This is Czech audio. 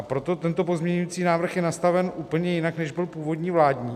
Proto tento pozměňovací návrh je nastaven úplně jinak, než byl původní vládní.